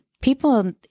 people